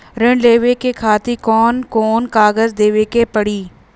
ऋण लेवे के खातिर कौन कोन कागज देवे के पढ़ही?